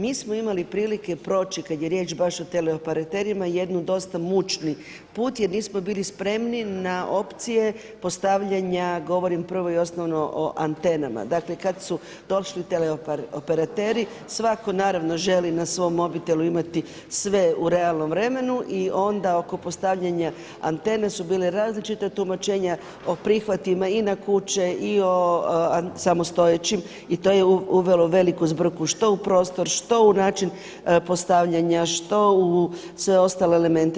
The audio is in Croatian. Mi smo imali prilike proći kada je riječ baš o operaterima jedan dosta mučni put jer nismo bili spremni na opcije postavljanja, govorim prvo i osnovno o antenama, dakle kada su došli teleoperateri svatko naravno želi na svom mobitelu imati sve u realnom vremenu i onda oko postavljanja antene su bila različita tumačenja o prihvatima i na kuće i na samostojećim i to je uvelo veliku zbrku, što u prostor, što u način postavljanja, što u sve ostale elemente.